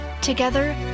Together